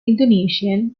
indonesian